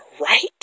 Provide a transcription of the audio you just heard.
right